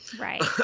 Right